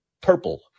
purple